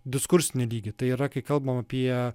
diskursinį lygį tai yra kai kalbam apie